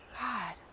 God